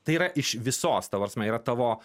tai yra iš visos ta prasme yra tavo